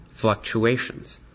fluctuations